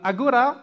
Agora